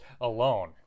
alone